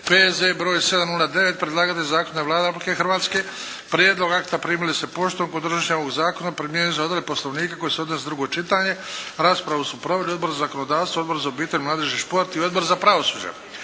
P.Z. br. 709 Predlagatelj zakona je Vlada Republike Hrvatske. Prijedlog akta primili ste poštom. Kod donošenja ovog zakona primjenjuju se odredbe Poslovnika koje se odnose na drugo čitanje. Raspravu su proveli Odbor za zakonodavstvo, Odbor za obitelj, mladež i šport i Odbor za pravosuđe.